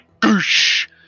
goosh